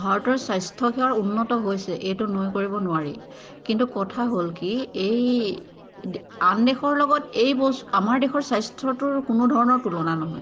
ভাৰতৰ স্বাস্থ্যসেৱাৰ উন্নত হৈছে এইটো নুই কৰিব নোৱাৰি কিন্তু কথা হ'ল কি এই দে আন দেশৰ লগত এই বস আমাৰ দেশৰ স্বাস্থ্যটো কোনো ধৰণৰ তুলনা নহয়